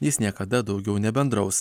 jis niekada daugiau nebendraus